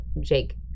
Jake